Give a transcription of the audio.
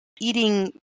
eating